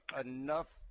enough